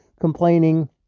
complaining